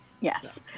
yes